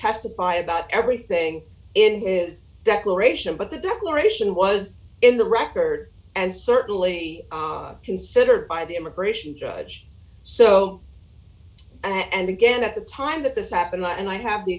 testify about everything in his declaration but the declaration was in the record and certainly considered by the immigration judge so and again at the time that this happened i have the